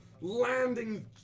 landing